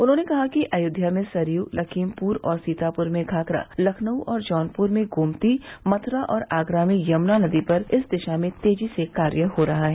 उन्होंने कहा कि अयोध्या में सरयू लखीमपुर और सीतापुर में घाघरा लखनऊ और जौनपुर में गोमती मथुरा और आगरा में यमुना नदी पर इस दिशा में तेजी से कार्य हो रहा है